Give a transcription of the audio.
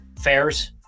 Fairs